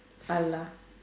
allah